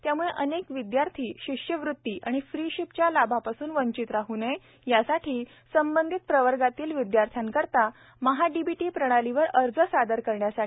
त्यामुळे अनेक विदयार्थी शिष्यवृत्ती व फ्रिशिपच्या लाभापासून वंचित राह नये यासाठी संबंधित प्रवर्गातील विद्यार्थ्यांकरिता महाडीबीटी प्रणालीवर अर्ज सादर करण्यासाठी दि